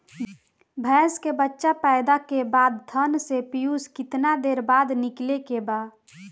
भैंस के बच्चा पैदा के बाद थन से पियूष कितना देर बाद निकले के बा?